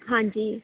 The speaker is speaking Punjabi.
ਹਾਂਜੀ